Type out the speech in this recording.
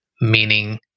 meaning